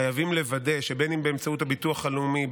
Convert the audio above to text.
חייבים לוודא שאם באמצעות הביטוח הלאומי,